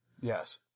Yes